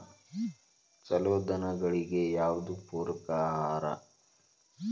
ಛಲೋ ದನಗಳಿಗೆ ಯಾವ್ದು ಪೂರಕ ಆಹಾರ?